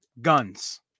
Guns